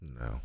No